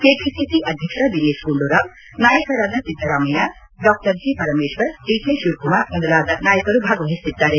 KPCC ಅಧ್ಯಕ್ಷ ದಿನೇತ್ ಗುಂಡೂರಾವ್ ನಾಯಕರಾದ ಸಿದ್ದರಾಮಯ್ಯ ಡಾ G Parameshwar D K Shivakumar ಮೊದಲಾದ ನಾಯಕರು ಭಾಗವಹಿಸಿದ್ದಾರೆ